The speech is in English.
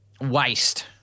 waste